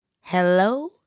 Hello